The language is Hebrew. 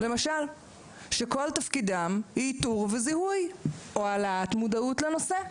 שכל תפקידם הוא איתור וזיהוי או העלאת מודעות לנושא.